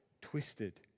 twisted